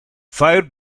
fire